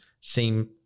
seem